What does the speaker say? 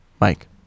Mike